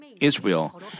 Israel